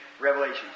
Revelation